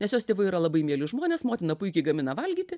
nes jos tėvai yra labai mieli žmonės motina puikiai gamina valgyti